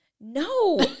No